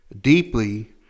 deeply